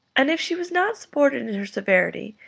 and if she was not supported in her severity,